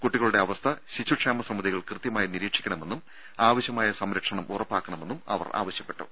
കുട്ടികളുടെ അവസ്ഥ ശിശുക്ഷേമ സമിതികൾ കൃത്യമായി നിരീക്ഷിക്കണമെന്നും ആവശ്യമായ സംരക്ഷണം ഉറപ്പാക്കണമെന്നും അവർ നിർദ്ദേശിച്ചു